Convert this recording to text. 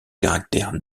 caractère